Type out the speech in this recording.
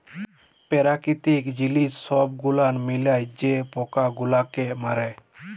পেরাকিতিক জিলিস ছব গুলাল মিলায় যে পকা গুলালকে মারে